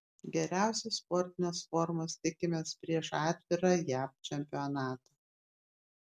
geriausios sportinės formos tikimės prieš atvirą jav čempionatą